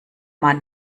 man